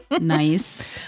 nice